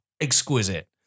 exquisite